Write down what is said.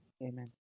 Amen